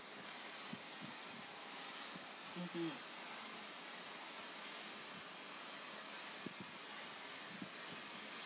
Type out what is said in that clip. maybe